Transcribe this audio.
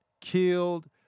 killed